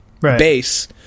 base